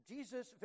Jesus